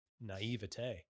naivete